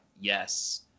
yes